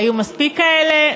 היו מספיק כאלה?